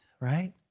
right